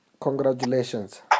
Congratulations